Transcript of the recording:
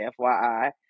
FYI